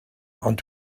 ond